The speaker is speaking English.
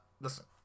listen